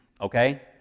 Okay